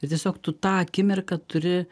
ir tiesiog tu tą akimirką turi